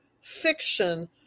fiction